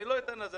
אני לא אתן לה,